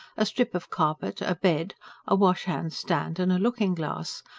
a strip of carpet, a bed a washhand-stand and a looking-glass,